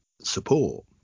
support